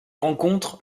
rencontre